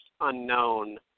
unknown